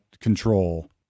control –